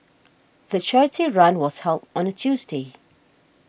the charity run was held on a Tuesday